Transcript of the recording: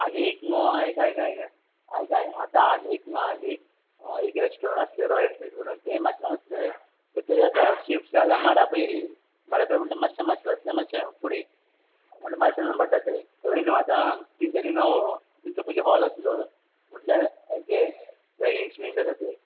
आनी एक मुगो आयक आयक आयक आय आयक आयक आतां आनी मुगो हालीं एक रॅस्टॉरण आसलें रॉयल ट्रीट म्हणून तें माशेलान आसलें सो तें आतां शिफ्ट जालां माडा पैरीन माडा पेर म्हणल्या माश्शें माशेलातल्यान माश्शें फुडें म्हणल्या माशेलान पडटा तें थंय न्हय आतां तेंच्यानी नवो तेंचो पयली हॉल आसलो म्हणल्या हेजें वॅडिंग्स बी जाता तें